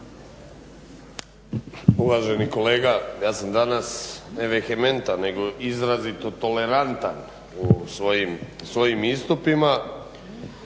Uvaženi kolega, ja sam danas …/Govornik se ne razumije./… nego izrazito tolerantan u svojim istupima.